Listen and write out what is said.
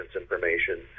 information